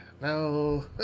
no